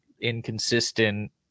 inconsistent